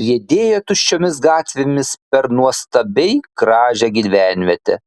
riedėjo tuščiomis gatvėmis per nuostabiai gražią gyvenvietę